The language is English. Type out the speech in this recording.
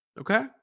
Okay